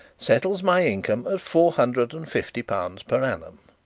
settles my income at four hundred and fifty pounds per annum